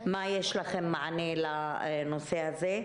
איזה מענה יש לכם בנושא הזה?